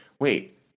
Wait